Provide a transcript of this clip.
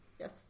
Yes